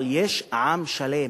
אבל יש עם שלם,